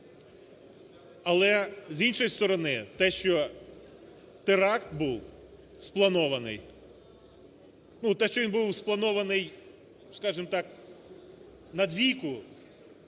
Але з іншої сторони те, що теракт був спланований… Те що він був спланований, скажемо так, на двійку